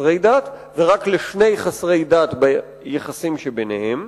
לחסרי דת ורק לשני חסרי דת ביחסים שביניהם.